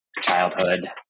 childhood